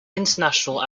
international